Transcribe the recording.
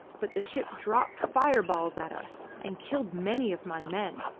but the ship dropped fireballs at us, and killed many of my men.